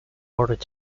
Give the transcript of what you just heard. ordered